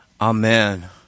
Amen